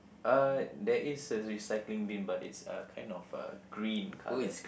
uh there is a recycling bin but it's uh kind of uh green colour